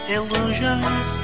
Illusions